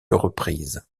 reprises